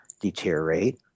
deteriorate